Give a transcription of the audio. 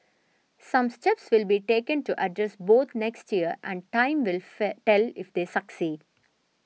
some steps will be taken to address both next year and time will fell tell if they succeed